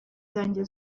zanjye